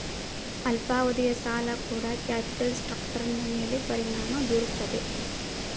ಅಲ್ಪಾವಧಿಯ ಸಾಲ ಕೂಡ ಕ್ಯಾಪಿಟಲ್ ಸ್ಟ್ರಕ್ಟರ್ನ ಮೇಲೆ ಪರಿಣಾಮ ಬೀರುತ್ತದೆ